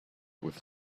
with